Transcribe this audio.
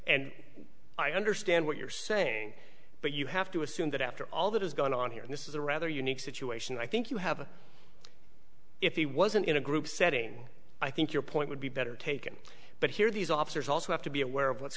and i understand what you're saying but you have to assume that after all that is going on here and this is a rather unique situation i think you have a if he wasn't in a group setting i think your point would be better taken but here these officers also have to be aware of what's